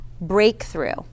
breakthrough